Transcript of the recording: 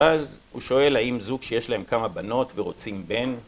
‫ואז הוא שואל האם זוג שיש להם ‫כמה בנות ורוצים בן